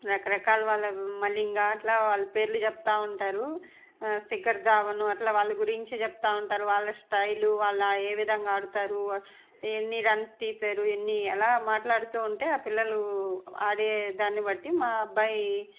రకరకాల వాళ్ళ మళ్ళీ ఇంకా అట్లా వాళ్ళ పేర్లు చెబుతూ ఉంటారు శిఖర్ ధావన్ అట్లా వాళ్ళ గురించి చెబుతూ ఉంటారు వాళ్ళ స్టైలు వాళ్ళ ఏ విధంగా ఆడతారు ఎన్ని రన్స్ తీసారు ఎన్ని అలా మాట్లాడుతూ ఉంటే ఆ పిల్లలు ఆడేదాన్ని బట్టి మా అబ్బాయి